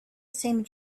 same